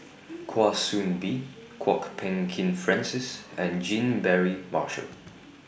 Kwa Soon Bee Kwok Peng Kin Francis and Jean Mary Marshall